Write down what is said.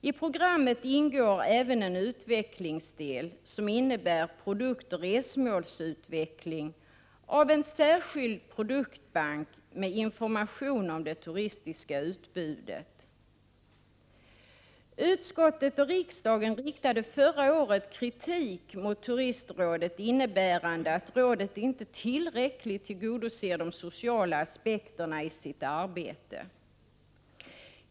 I programmet 6 april 1989 ingår även en utvecklingsdel, som innebär produktoch resmålsutveckling i E och utveckling av en särskild produktbank med information om det turistiska Anslag gl turtsmsoch utbudet rekreation Utskottet och riksdagen riktade förra åren kritik mot Turistrådet som gick ut på att rådet inte tillräckligt tillgodoser de sociala aspekterna i sitt arbete.